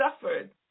suffered